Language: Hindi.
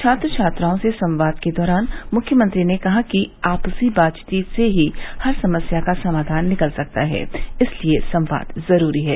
छात्र छात्राओं से संवाद के दौरान मुख्यमंत्री ने कहा कि आपसी बातचीत से ही हर समस्या का समाधन निकल सकता है इसलिए संवाद जरूरी है